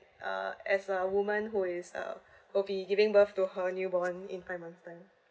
uh as a woman who is uh will be giving birth to her new born in five months time